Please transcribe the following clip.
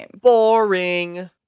Boring